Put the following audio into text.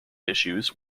issues